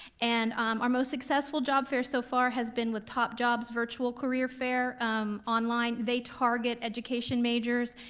and our most successful job fair so far has been with top jobs virtual career fair online. they target education majors,